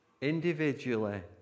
Individually